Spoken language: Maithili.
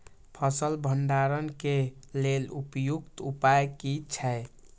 फसल भंडारण के लेल उपयुक्त उपाय कि छै?